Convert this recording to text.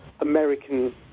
American